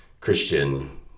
Christian